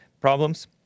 problems